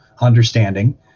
understanding